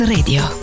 Radio